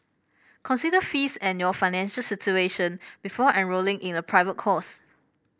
consider fees and your financial situation before enrolling in a private course